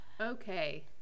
Okay